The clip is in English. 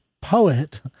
poet